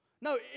No